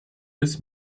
des